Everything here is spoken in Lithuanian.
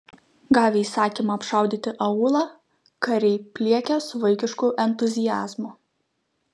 gavę įsakymą apšaudyti aūlą kariai pliekia su vaikišku entuziazmu